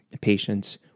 patients